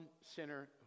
sinner